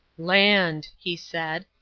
land! he said,